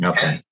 Okay